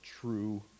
true